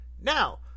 Now